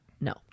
No